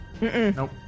Nope